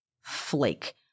flake